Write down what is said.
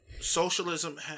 socialism